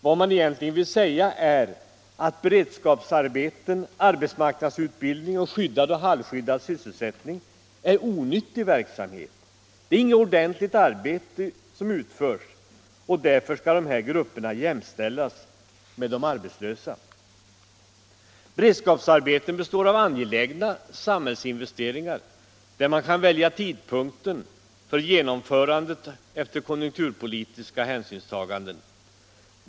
Vad man egentligen vill säga är att beredskapsarbeten, arbetsmarknadsutbildning samt skyddad och halvskyddad sysselsättning är onyttig verksamhet. Det är inget ordentligt arbete som utförs, och därför skall de här grupperna jämställas med arbetslösa. Låt oss ta detta punkt för punkt. Beredskapsarbeten består av angelägna samhällsinvesteringar, där man kan välja tidpunkten för genomförandet efter konjunkturpolitiska hänsynstaganden.